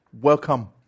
welcome